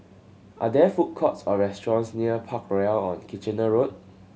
are there food courts or restaurants near Parkroyal on Kitchener Road